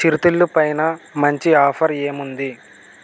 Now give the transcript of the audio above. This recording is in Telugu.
చిరుతిళ్ళు పైన మంచి ఆఫర్ ఏముంది